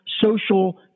social